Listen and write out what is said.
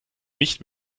nicht